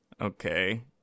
Okay